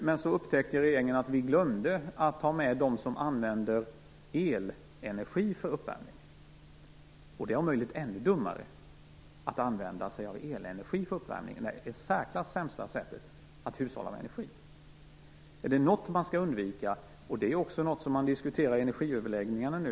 Men så upptäckte regeringen att man glömde att ta med dem som använder elenergi för uppvärmning, och det är om möjligt ännu dummare. Att använda sig av elenergi för uppvärmning är det i särklass sämsta sättet att hushålla med energi. Är det något man skall undvika är det detta. Det är också något man diskuterar i energiöverläggningarna nu.